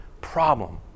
problem